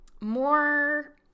more